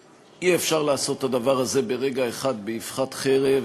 שאי-אפשר לעשות את הדבר הזה ברגע אחד, באבחת חרב,